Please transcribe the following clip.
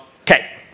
Okay